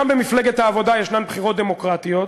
גם במפלגת העבודה יש בחירות דמוקרטיות,